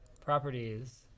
Properties